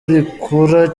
rikura